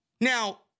Now